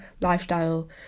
lifestyle